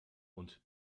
und